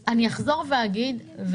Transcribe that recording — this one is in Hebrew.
אני אחזור ואגיד,